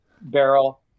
barrel